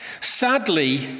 Sadly